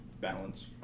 balance